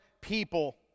people